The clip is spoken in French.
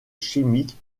chimique